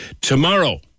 tomorrow